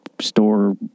store